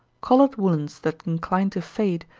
colored woollens that incline to fade,